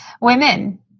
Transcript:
women